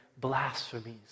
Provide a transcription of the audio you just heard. blasphemies